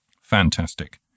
Fantastic